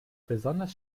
besonders